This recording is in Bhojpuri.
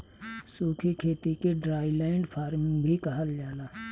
सूखी खेती के ड्राईलैंड फार्मिंग भी कहल जाला